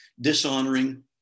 dishonoring